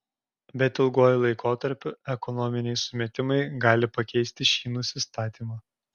bet ilguoju laikotarpiu ekonominiai sumetimai gali pakeisti šį nusistatymą